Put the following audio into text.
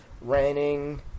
raining